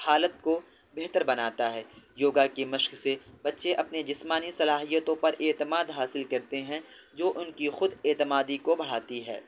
حالت کو بہتر بناتا ہے یوگا کی مشق سے بچے اپنی جسمانی صلاحیتوں پر اعتماد حاصل کرتے ہیں جو ان کی خود اعتمادی کو بڑھاتی ہے